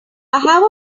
have